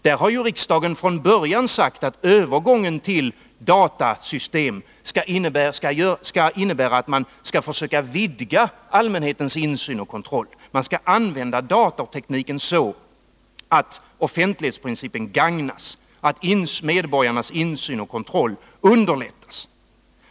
Där har ju riksdagen från början sagt att övergången till datasystem skall ske så, att man försöker vidga allmänhetens insyn och kontroll. Man skall alltså använda datortekniken på sådant sätt att offentlighetsprincipen gagnas, dvs. så att medborgarnas insyn och kontroll underlättas.